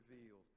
revealed